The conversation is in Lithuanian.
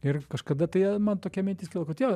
ir kažkada tai a man tokia mintis kilo kad jo